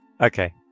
Okay